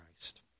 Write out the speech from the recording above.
Christ